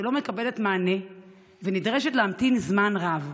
שלא מקבלת מענה ונדרש להמתין זמן רב.